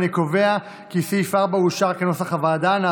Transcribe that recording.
אני קובע כי סעיף 4, כנוסח הוועדה, אושר.